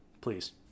please